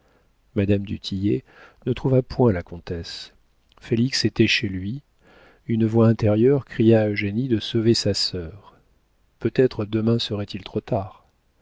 madame du tillet ne trouva point la comtesse félix était chez lui une voix intérieure cria à eugénie de sauver sa sœur peut-être demain serait-il trop tard